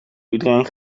iedereen